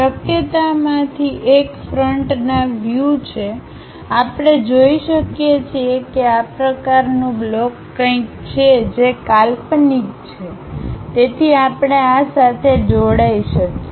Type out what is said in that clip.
શક્યતામાંથી એક ફ્રન્ટના વ્યૂ છે આપણે જોઈ શકીએ છીએ કે આ પ્રકારનું બ્લોક કંઈક છે જે કાલ્પનિક છે તેથી આપણે આ સાથે જોડાઈ શકીએ